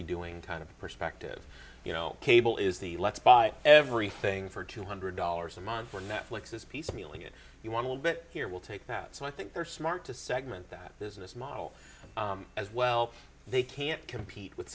be doing time of perspective you know cable is the let's buy everything for two hundred dollars a month for netflix is piecemealing if you want to a bit here we'll take that so i think they're smart to segment that business model as well they can't compete with